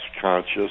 conscious